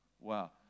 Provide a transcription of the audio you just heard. Wow